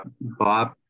Bob